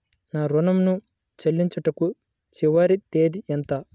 నా ఋణం ను చెల్లించుటకు చివరి తేదీ ఎంత?